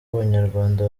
abanyarwanda